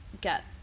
get